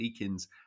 Eakins